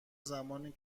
زمانی